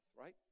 right